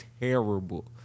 terrible